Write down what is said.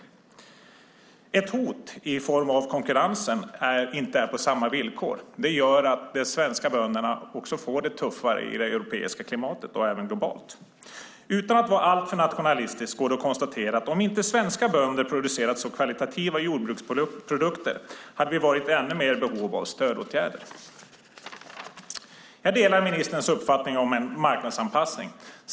Den är ett hot i form av att konkurrensen inte är på samma villkor. Det gör att de svenska bönderna får det tuffare i det europeiska klimatet och även globalt. Utan att vara alltför nationalistisk går det att konstatera att om inte svenska bönder producerat så kvalitativa jordbruksprodukter hade vi varit ännu mer i behov av stödåtgärder. Jag delar ministerns uppfattning om en marknadsanpassning.